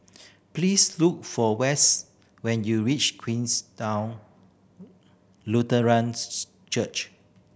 please look for West when you reach Queenstown Lutheran Church